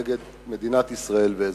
נגד מדינת ישראל ואזרחיה.